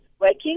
working